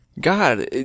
God